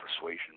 persuasion